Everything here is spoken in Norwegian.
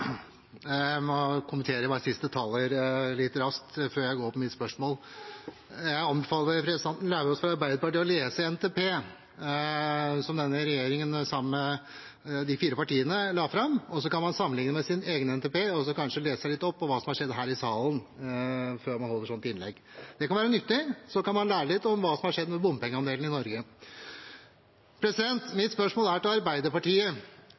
Jeg må bare kommentere siste taler litt raskt før jeg går over på mitt spørsmål. Jeg anbefaler representanten Lauvås fra Arbeiderpartiet å lese NTP-en som denne regjeringen, de fire partiene, la fram. Så kan man sammenligne med sin egen NTP og så kanskje lese seg litt opp på hva som har skjedd her i salen, før man holder et sånt innlegg. Det kan være nyttig. Sånn kan man lære litt om hva som har skjedd med bompengeandelen i Norge. Mitt spørsmål er til Arbeiderpartiet,